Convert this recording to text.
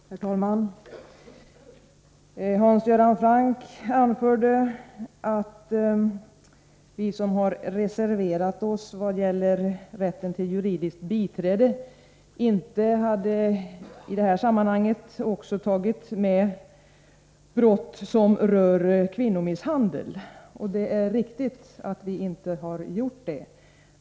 Herr talman! Hans Göran Franck anförde att vi som reserverat oss vad gäller rätten till juridiskt biträde inte i det sammanhanget hade tagit med också brott som rör kvinnomisshandel. Det är riktigt.